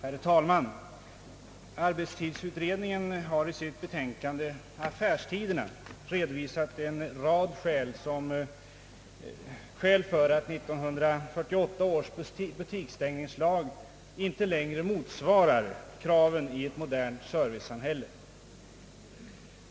Herr talman! Affärstidsutredningen har i sitt betänkande Affärstiderna redovisat en rad skäl för att 1948 års butikstängningslag inte längre motsvarar kraven i ett modernt servicesamhälle.